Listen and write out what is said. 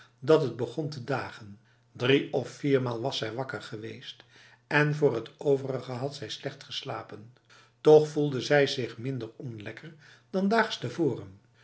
dat het begon te dagen drie of viermaal was zij wakker geweest en voor het overige had zij slecht geslapen toch voelde zij zich minder onlekker dan daags tevoren